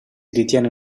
ritiene